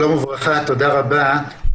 שלום וברכה, תודה רבה.